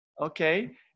Okay